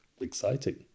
exciting